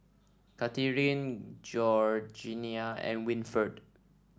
Kathaleen Georgeanna and Winford